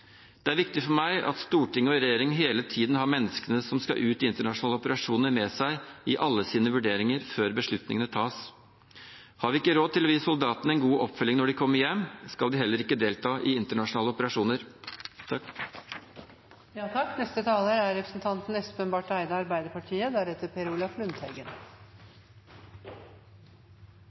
Det er viktig for meg at storting og regjering hele tiden har menneskene som skal ut i internasjonale operasjoner, med seg i alle sine vurderinger før beslutningene tas. Har vi ikke råd til å gi soldatene en god oppfølging når de kommer hjem, skal de heller ikke delta i internasjonale operasjoner. Som flere talere har sagt, er